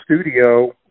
studio